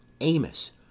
Amos